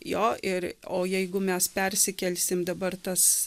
jo ir o jeigu mes persikelsim dabar tas